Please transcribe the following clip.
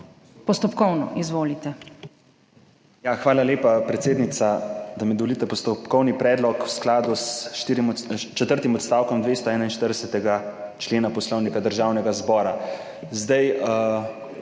HOIVIK (PS SDS):** Hvala lepa, predsednica, da mi dovolite postopkovni predlog v skladu s četrtim odstavkom 241. člena Poslovnika Državnega zbora.